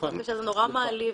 זה נורא מעליב.